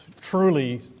truly